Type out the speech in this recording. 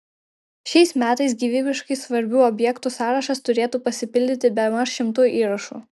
šiais metais gyvybiškai svarbių objektų sąrašas turėtų pasipildyti bemaž šimtu įrašų